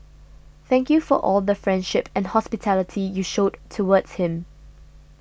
thank you all for the friendship and hospitality you showed towards him